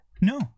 No